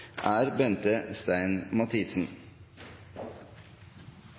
representanten Bente Stein Mathisen,